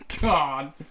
God